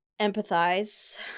empathize